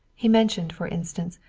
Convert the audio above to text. he mentioned, for instance,